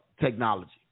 technology